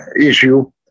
issue